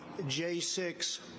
J6